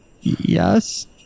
Yes